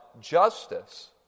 justice